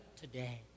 today